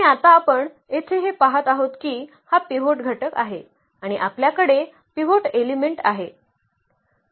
आणि आता आपण येथे हे पाहत आहोत की हा पिव्होट घटक आहे आणि आपल्याकडे पिव्होट एलिमेंट आहे